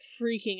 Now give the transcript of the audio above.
freaking